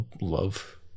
love